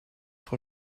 frau